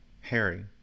harry